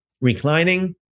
reclining